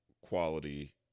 quality